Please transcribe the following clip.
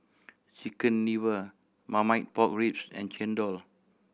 Chicken Liver Marmite Pork Ribs and chendol